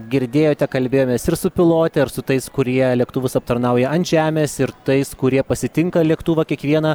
girdėjote kalbėjomės ir su pilote ir su tais kurie lėktuvus aptarnauja ant žemės ir tais kurie pasitinka lėktuvą kiekvieną